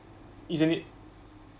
isn't it